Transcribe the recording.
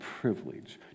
privilege